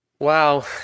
Wow